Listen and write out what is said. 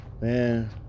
Man